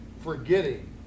forgetting